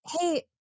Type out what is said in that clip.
hey